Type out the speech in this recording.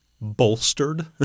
bolstered